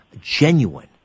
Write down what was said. genuine